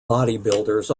bodybuilders